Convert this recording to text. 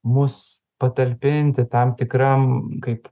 mus patalpinti tam tikram kaip